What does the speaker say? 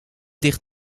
dicht